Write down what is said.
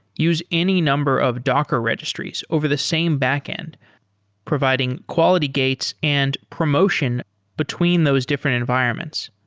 use any number of docker registries over the same backend providing quality gates and promotion between those different environments.